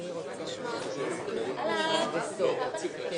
אני מתכבדת לפתוח את הישיבה המיוחדת בהצעת